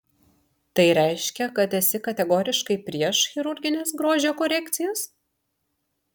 tai reiškia kad esi kategoriškai prieš chirurgines grožio korekcijas